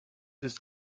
ist